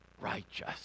righteous